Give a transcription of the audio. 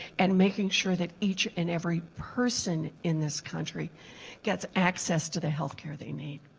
and making sure that each and every person in this country gets access to the healthcare they need.